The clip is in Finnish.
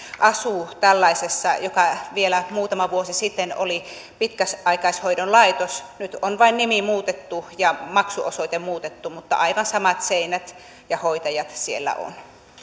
asuu tällaisessa joka vielä muutama vuosi sitten oli pitkäaikaishoidon laitos nyt on vain nimi ja maksuosoite muutettu mutta aivan samat seinät ja hoitajat siellä on